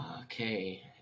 Okay